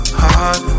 heart